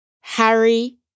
Harry